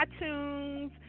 iTunes